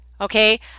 Okay